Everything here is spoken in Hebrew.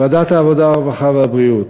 ועדת העבודה, הרווחה והבריאות,